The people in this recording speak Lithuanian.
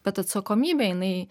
bet atsakomybė jinai